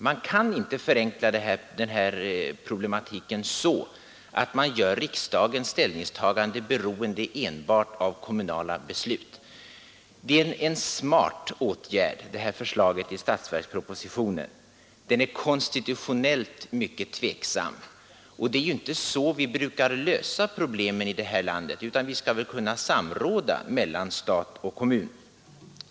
Man kan inte förenkla denna problematik så att man gör riksdagens ställningstagande beroende enbart av kommunala beslut. Detta förslag i statsverkspropositionen är en smart åtgärd som dock är konstitutionellt mycket tvivelaktig. Det är dessutom inte så vi brukar lösa problemen i det här landet, utan vi borde väl här kunna samråda mellan stat och kommun.